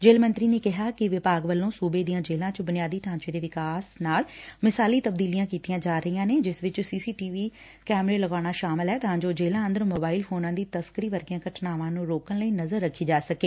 ਜੇਲ਼ ਮੰਤਰੀ ਨੇ ਕਿਹਾ ਕਿ ਵਿਭਾਗ ਵੱਲੋਂ ਸੁਬੇ ਦੀਆਂ ਜੇਲ਼ਾਂ ਵਿਚ ਬੁਨਿਆਦੀ ਢਾਂਚੇ ਦੇ ਵਿਕਾਸ ਨਾਲ ਮਿਸਾਲੀ ਤਬਦੀਲੀਆਂ ਕੀਤੀਆਂ ਜਾ ਰਹੀਆਂ ਨੇ ਜਿੰਸ ਵਿਚ ਸੀਸੀਟੀਵੀ ਲਗਾਉਣੇ ਸ਼ਾਮਲ ਏ ਤਾਂ ਜੋ ਜੇਲ਼ਾਂ ਅੰਦਰ ਮੋਬਾਈਲ ਫੋਨਾਂ ਦੀ ਤਸਕਰੀ ਵਰਗੀਆਂ ਘਟਨਾਵਾਂ ਨੂੰ ਰੋਕਣ ਲਈ ਨਜ਼ਰ ਰੱਖੀ ਜਾ ਸਕੇ